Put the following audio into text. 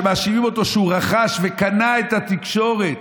שמאשימים אותו שהוא רכש וקנה את התקשורת,